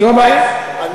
אני מחזק את ידיו של מצנע.